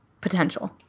potential